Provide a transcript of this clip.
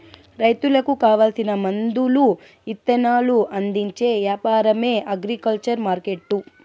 రైతులకు కావాల్సిన మందులు ఇత్తనాలు అందించే యాపారమే అగ్రికల్చర్ మార్కెట్టు